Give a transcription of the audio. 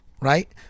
right